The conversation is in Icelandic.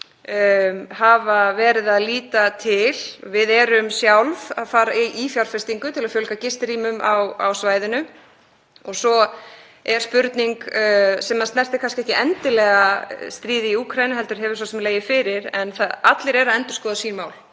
hafa verið að líta til. Við erum sjálf að fara í fjárfestingu til að fjölga gistirýmum á svæðinu. Svo er spurning sem snertir kannski ekki endilega stríð í Úkraínu heldur hefur svo sem legið fyrir, en allir eru að endurskoða sín mál,